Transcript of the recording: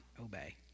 obey